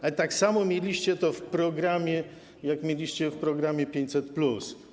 Ale tak samo mieliście to w programie, jak mieliście w programie „500+”